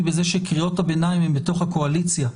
בזה שקריאות הביניים הן בתוך הקואליציה.